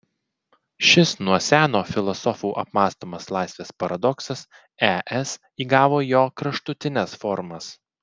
šis nuo seno filosofų apmąstomas laisvės paradoksas es įgavo jo kraštutines formas